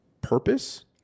purpose